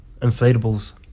Inflatables